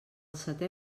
seté